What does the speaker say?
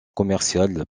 commerciales